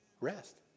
Rest